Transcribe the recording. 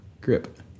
grip